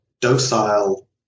docile